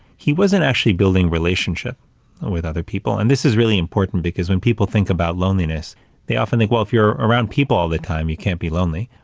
he wasn't actually building relationships with other people. and this is really important because when people think about loneliness they often think, well, if you're around people all the time you can't be lonely.